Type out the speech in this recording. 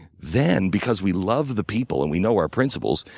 then, because we love the people and we know our principles,